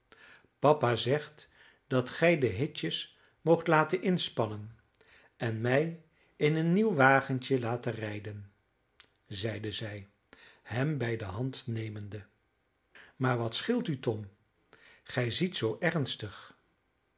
papa zegt dat gij de hitjes moogt laten inspannen en mij in een nieuw wagentje laten rijden zeide zij hem bij de hand nemende maar wat scheelt u tom gij ziet zoo ernstig